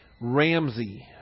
Ramsey